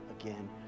again